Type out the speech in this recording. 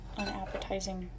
unappetizing